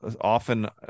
often